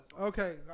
Okay